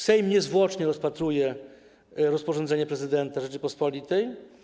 Sejm niezwłocznie rozpatruje rozporządzenie prezydenta Rzeczypospolitej.